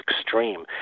extreme